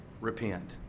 repent